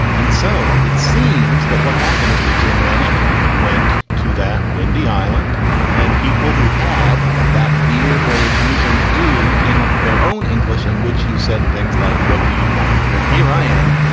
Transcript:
and so it seems that what happened is that germanic went to that windy island and people who had that weird way of using do came up with their own english in which you said things like, what do you want? and now here i am.